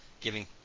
giving